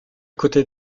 côté